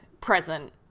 present